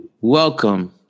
Welcome